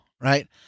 right